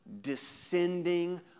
descending